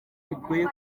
bigoye